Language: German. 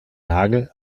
nagel